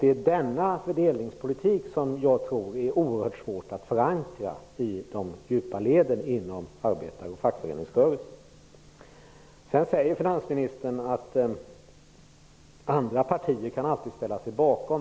Det är denna fördelningspolitik som jag tror blir oerhört svår att förankra i de djupa leden inom arbetar och fackföreningsrörelsen. Finansministern säger att andra partier alltid kan ställa sig bakom.